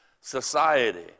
society